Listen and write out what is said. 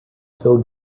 still